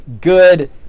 good